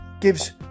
gives